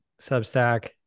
substack